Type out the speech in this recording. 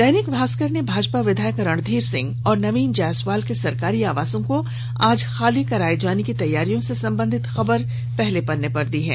दैनिक भास्कर ने भाजपा विधायक रंधीर सिंह और नवीन जायसवाल के सरकारी आवास को आज खाली कराए जाने की तैयारियों से संबंधित खबर पहले पन्ने पर प्रकाशित की है